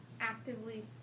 actively